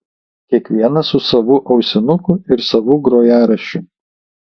kiekvienas su savu ausinuku ir savu grojaraščiu